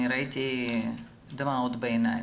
אני ראיתי דמעות בעיניים,